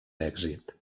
èxit